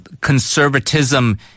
conservatism